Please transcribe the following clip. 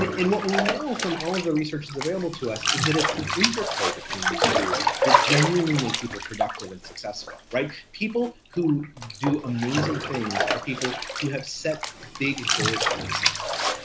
and what we know from all the researches available to us is that it's the interplay between those two that genuinely make people productive and successful, right? people who do amazing things are people who have set big goals for themselves,